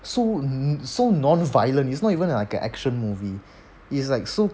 so so non-violent it's not even like an action movie it's like so